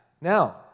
Now